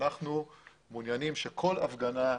שאנחנו מעוניינים שכל הפגנה,